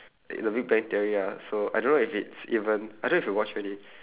in the big bang theory ah so I don't know if it's even I don't know if you watch already